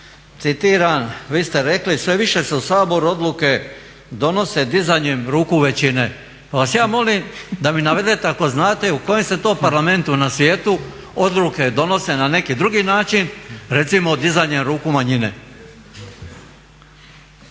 citiram vi ste rekli "Sve više se u Saboru odluke donose dizanjem ruku većine", pa vas ja molim da mi navedete ako znate u kojem se to parlamentu na svijetu odluke donose na neki drugi način, recimo dizanjem ruku manjine.